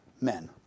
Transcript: men